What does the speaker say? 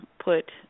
put